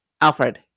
alfred